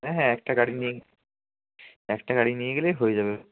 হ্যাঁ হ্যাঁ একটা গাড়ি নিয়েই একটা গাড়ি নিয়ে গেলেই হয়ে যাবে